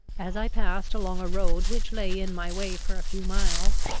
as i passed along a road which lay in my way for a few miles,